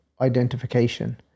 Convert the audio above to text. identification